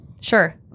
Sure